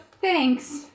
Thanks